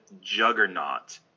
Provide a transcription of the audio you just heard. juggernaut